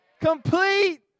complete